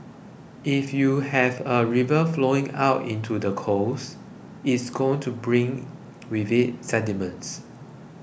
if you have a river flowing out into the coast it's going to bring with it sediments